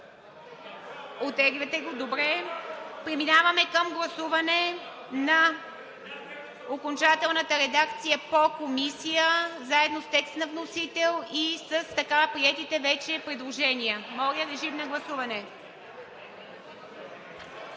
Оттегляте го. Добре. Преминаваме към гласуване на окончателната редакция по Комисия заедно с текст на вносител и с така приетите вече предложения. (Шум и реплики.)